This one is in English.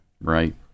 Right